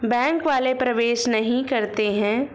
Bank वाले प्रवेश नहीं करते हैं?